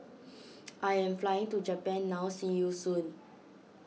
I am flying to Japan now see you soon